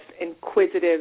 inquisitive